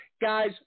Guys